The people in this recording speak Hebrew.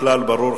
הכלל ברור,